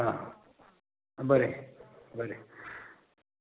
आ बरें बरें